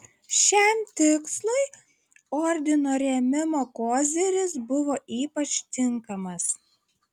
šiam tikslui ordino rėmimo koziris buvo ypač tinkamas